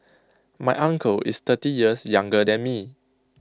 my uncle is thirty years younger than me